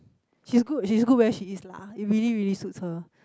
she's good she's good where she is lah it really really suits her